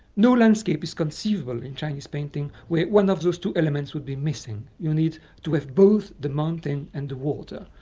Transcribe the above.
no landscape is conceivable in chinese painting where one of those two elements would be missing. you need to have both the mountain and the water,